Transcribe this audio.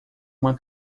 uma